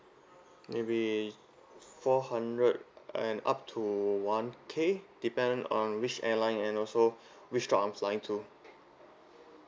maybe four hundred and up to one K depend on which airline and also which to I'm flying to